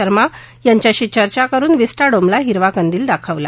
शर्मा यांच्याशी चर्चा करून विस्टाडोमला हिरवा कंदिल दाखविला